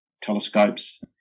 telescopes